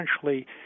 essentially